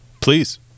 Please